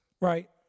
right